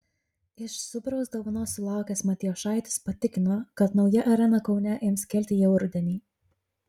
iš zubraus dovanos sulaukęs matijošaitis patikino kad nauja arena kaune ims kilti jau rudenį